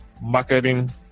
marketing